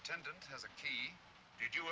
attendant has a key did you